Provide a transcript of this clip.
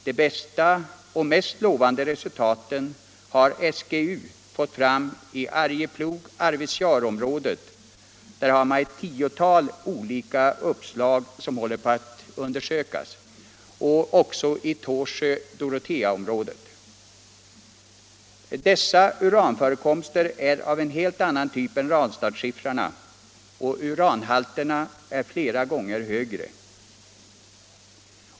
De bästa och mest lovande resultaten har SGU fått fram i Arjeplog Arvidsjaurområdet, där ett tiotal olika uppslag håller på att undersökas, och i Tåsjö-Doroteaområdet. Dessa uranförekomster är av en helt annan typ än Ranstadsskiffrarna, och uranhalterna är flera gånger högre.